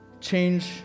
change